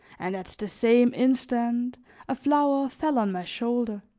and at the same instant a flower fell on my shoulder.